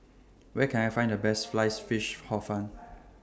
Where Can I Find The Best Sliced Fish Hor Fun